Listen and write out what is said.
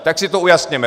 Tak si to ujasněme.